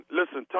listen